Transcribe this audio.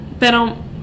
Pero